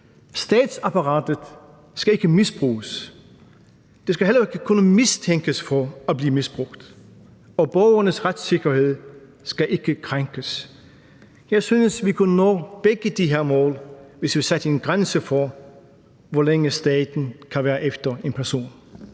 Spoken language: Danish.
Statsapparatet skal ikke misbruges. Det skal heller ikke kunne mistænkes for at blive misbrugt. Og borgernes retssikkerhed skal ikke krænkes. Jeg tror, vi kunne nå begge disse mål, hvis vi satte en grænse for, hvor længe staten kan være efter en person.